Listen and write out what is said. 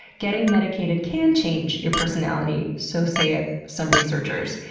getting medicated can change your personality, so sayeth some researchers.